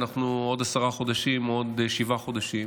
בעוד עשרה חודשים או עוד שבעה חודשים